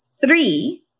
three